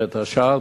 ואת השאר,